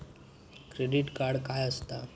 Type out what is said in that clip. Credit card काय असता?